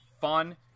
fun